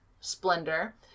splendor